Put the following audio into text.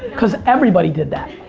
cause everybody did that.